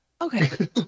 Okay